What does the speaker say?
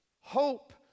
Hope